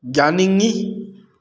ꯌꯥꯅꯤꯡꯉꯤ